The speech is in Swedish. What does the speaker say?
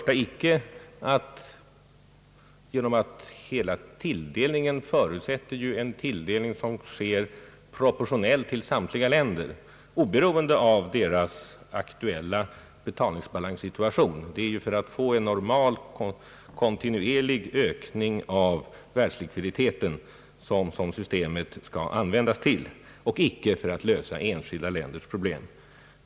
Tilldelningen förutsätts ju vara proportionell till samtliga länder, oberoende av deras aktuella betalningsbalanssituation. Det är ju för att få en normal, kontinuerlig ökning av världslikviditeten som systemet skall användas och icke för att lösa enskilda länders problem.